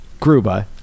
Gruba